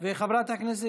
וחברת הכנסת